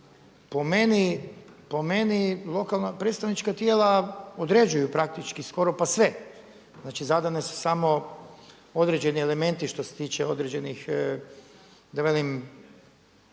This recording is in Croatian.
po meni lokalna predstavnička tijela određuju praktički skoro pa sve. Znači, zadan su samo određeni elementi što se tiče određenih da velim